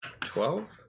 Twelve